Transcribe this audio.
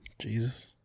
Jesus